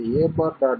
b' a'